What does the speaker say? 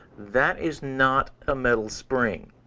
that is not a metal spring.